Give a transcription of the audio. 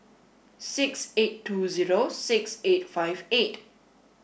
six eight two zero six eight five eight